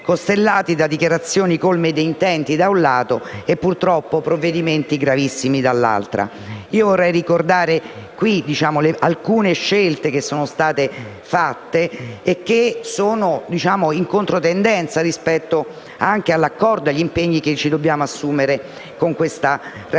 costellati da dichiarazioni colme di intenti da un lato e provvedimenti gravissimi dall'altro. Vorrei ricordare qui alcune scelte che sono state fatte e che sono in controtendenza rispetto all'accordo e agli impegni che ci dobbiamo assumere con questa ratifica.